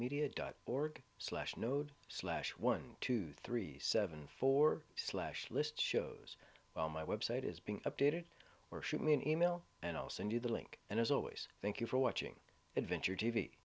media dot org slash node slash one two three seven four slash list shows my website is being updated or shoot me an email and i'll send you the link and as always thank you for watching adventure t